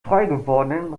freigewordenen